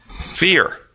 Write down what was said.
Fear